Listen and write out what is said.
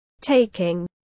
Taking